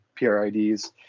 prids